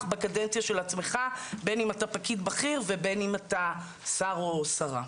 בקדנציה של עצמך בין אם אתה פקיד בכיר ובין אם אתה שר או שרה.